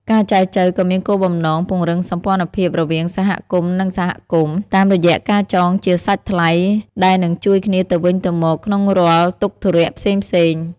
ការចែចូវក៏មានគោលបំណងពង្រឹងសម្ព័ន្ធភាពរវាងសហគមន៍ និងសហគមន៍ តាមរយៈការចងជាសាច់ថ្លៃដែលនឹងជួយគ្នាទៅវិញទៅមកក្នុងរាល់ទុក្ខធុរៈផ្សេងៗ។